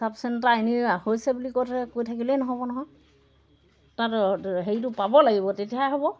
চাব চেণ্টাৰ এনেই হৈছে বুলি কৈ কৈ থাকিলেই নহ'ব নহয় তাত হেৰিটো পাব লাগিব তেতিয়াহে হ'ব